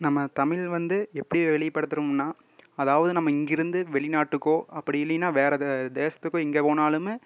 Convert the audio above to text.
நம்ம தமிழ் வந்து எப்படி வெளிப்படுத்துறோம்ன்னா அதாவது நம்ப இங்கேருந்து வெளிநாட்டுக்கோ அப்படி இல்லைனா வேறு தேசத்துக்கோ எங்கே போனாலுமே